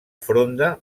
fronda